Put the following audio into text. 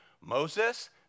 Moses